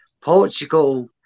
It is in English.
Portugal